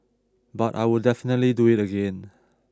but I would definitely do it again